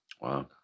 Wow